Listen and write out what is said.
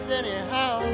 anyhow